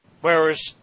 Whereas